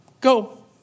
go